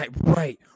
Right